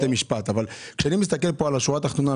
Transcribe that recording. משפט אבל כשאני מסתכל פה על השורה התחתונה,